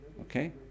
Okay